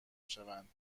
شوند